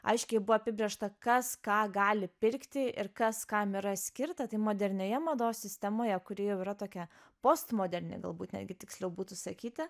aiškiai buvo apibrėžta kas ką gali pirkti ir kas kam yra skirta tik modernioje mados sistemoje kuri jau yra tokia postmoderni galbūt netgi tiksliau būtų sakyti